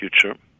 future